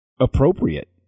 appropriate